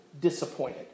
disappointed